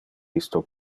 isto